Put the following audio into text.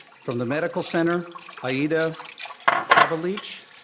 from the medical center, aida cavalic,